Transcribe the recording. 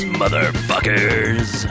motherfuckers